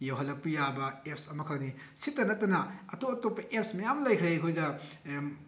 ꯌꯧꯍꯜꯂꯛꯄ ꯌꯥꯕ ꯑꯦꯞꯁ ꯑꯃꯈꯛꯅꯤ ꯁꯤꯇ ꯅꯠꯇꯅ ꯑꯇꯣꯞ ꯑꯇꯣꯞꯄ ꯑꯦꯞꯁ ꯃꯌꯥꯝ ꯂꯩꯈ꯭ꯔꯦ ꯑꯩꯈꯣꯏꯗ